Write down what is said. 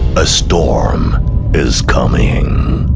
a storm is coming.